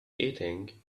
eating